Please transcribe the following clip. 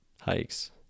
hikes